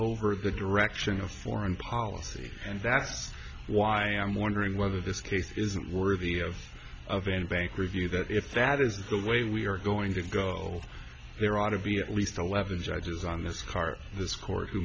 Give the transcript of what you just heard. over the direction of foreign policy and that's why i'm wondering whether this case is worthy of of any bank review that if that is the way we are going to go there ought to be at least eleven judges on this